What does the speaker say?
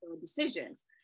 decisions